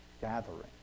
gathering